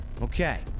Okay